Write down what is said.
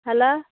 hello